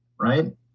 right